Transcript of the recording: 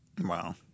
Wow